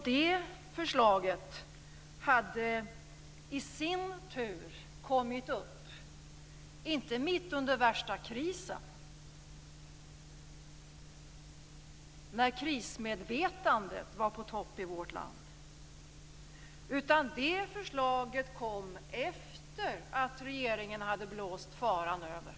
Det förslaget hade i sin tur inte kommit upp mitt under värsta krisen, när krismedvetandet var på topp i vårt land, utan efter det att regeringen hade blåst faran över.